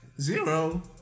zero